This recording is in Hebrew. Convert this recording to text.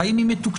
האם היא מתוקצבת?